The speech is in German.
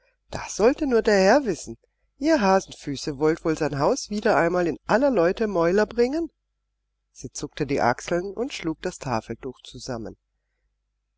das sollte nur der herr wissen ihr hasenfüße wollt wohl sein haus wieder einmal in aller leute mäuler bringen sie zuckte die achseln und schlug das tafeltuch zusammen